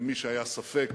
למי שהיה ספק,